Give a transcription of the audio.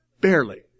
Barely